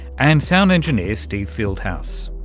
and sound engineer steve fieldhouse.